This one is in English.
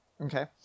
Okay